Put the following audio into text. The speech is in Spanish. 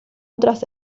otras